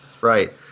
right